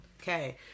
Okay